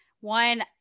one